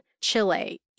Chile